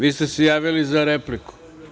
Vi ste se javili za repliku.